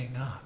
up